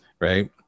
right